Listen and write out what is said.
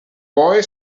boy